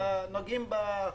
נוגעים בחולה.